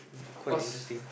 what's